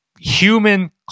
human